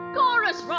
Chorus